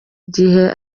igihe